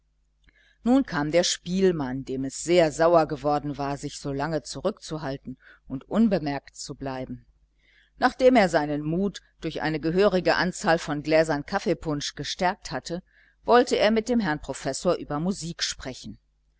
nun kam der spielmann dem es sehr sauer geworden war sich so lange zurückzuhalten und unbemerkt zu bleiben nachdem er seinen mut durch eine gehörige anzahl von gläsern kaffeepunsch gestärkt hatte wollte er mit dem professor über musik sprechen